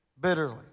bitterly